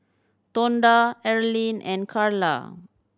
Tonda Erlene and Karla